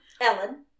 Ellen